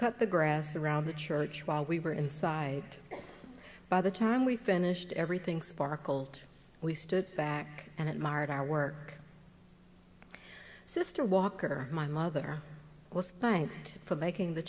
cut the grass around the church while we were inside by the time we finished everything sparkled we stood back and it marred our work sister walker my mother was thanked for making the